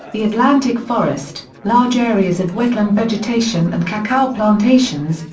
the atlantic forest, large areas of wetland vegetation and cacao plantations,